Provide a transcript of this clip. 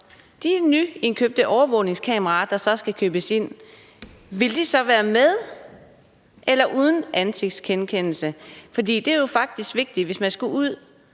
Vil de overvågningskameraer, der skal købes ind, være med eller uden ansigtsgenkendelse? Det er faktisk vigtigt, hvis man skal ud